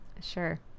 sure